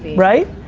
right,